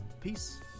peace